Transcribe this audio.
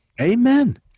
Amen